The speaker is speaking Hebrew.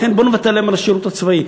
לכן בואו נוותר להם על השירות הצבאי,